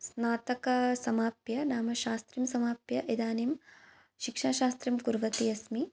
स्नातकं समाप्य नाम शास्त्रिं समाप्य इदानीं शिक्षाशास्त्रं कुर्वती अस्मि